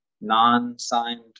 non-signed